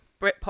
Britpop